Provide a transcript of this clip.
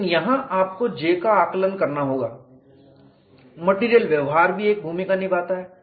लेकिन यहां आपको J का आकलन करना होगा मटेरियल व्यवहार भी एक भूमिका निभाता है